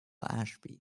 ashby